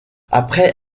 après